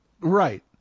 right